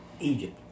Egypt